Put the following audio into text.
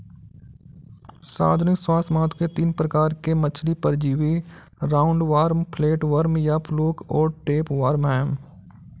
सार्वजनिक स्वास्थ्य महत्व के तीन प्रकार के मछली परजीवी राउंडवॉर्म, फ्लैटवर्म या फ्लूक और टैपवार्म है